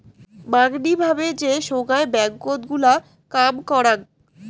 মাঙনি ভাবে যে সোগায় ব্যাঙ্কত গুলা কাম করাং